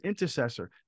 intercessor